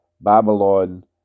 Babylon